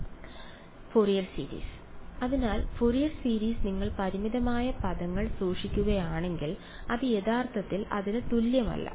വിദ്യാർത്ഥി Fourier series അതിനാൽ Fourier series നിങ്ങൾ പരിമിതമായ പദങ്ങൾ സൂക്ഷിക്കുകയാണെങ്കിൽ അത് യഥാർത്ഥത്തിൽ അതിന് തുല്യമല്ല